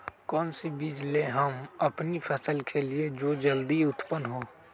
कौन सी बीज ले हम अपनी फसल के लिए जो जल्दी उत्पन हो?